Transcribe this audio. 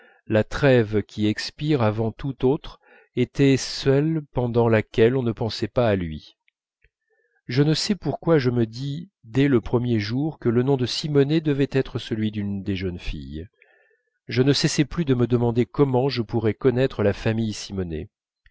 la trêve qui expire avant toute autre est celle pendant laquelle on ne pensait pas à lui je ne sais pourquoi je me dis dès le premier jour que le nom de simonet devait être celui d'une des jeunes filles je ne cessai plus de me demander comment je pourrais connaître la famille simonet